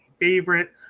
favorite